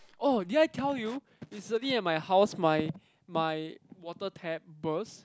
oh did I tell you recently at my house my my water tap burst